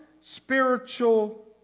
spiritual